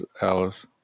Alice